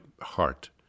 heart